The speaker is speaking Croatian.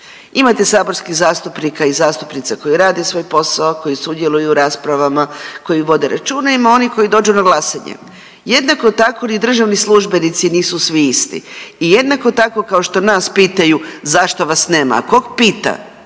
Imate saborskih zastupnika i zastupnica koji rade svoj posao, koji sudjeluju u raspravama, koji vode računa, ima onih koji dođu na glasanje. Jednako tako ni državni službenici nisu svi isti i jednako tako kao što nas pitaju zašto vas nema, a kog pita